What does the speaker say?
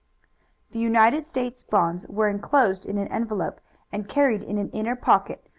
the united states bonds were inclosed in an envelope and carried in an inner pocket,